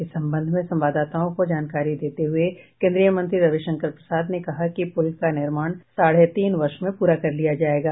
इस संबंध में संवाददाताओं को जानकारी देते हुए केंद्रीय मंत्री रविशंकर प्रसाद ने कहा कि पुल का निर्माण साढ़े तीन वर्ष में पूरा कर लिया जायेगा